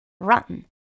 run